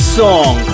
song